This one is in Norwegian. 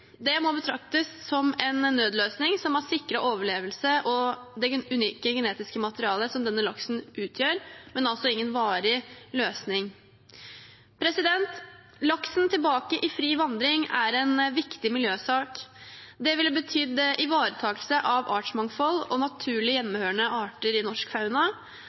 Det må betraktes som en nødløsning som har sikret overlevelse og det unike genetiske materialet som denne laksen utgjør, men er altså ingen varig løsning. Laksen tilbake i fri vandring er en viktig miljøsak. Det ville ha betydd ivaretakelse av artsmangfold og naturlig hjemmehørende arter i norsk fauna,